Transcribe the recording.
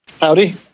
Howdy